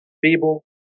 Feeble